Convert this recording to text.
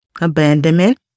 abandonment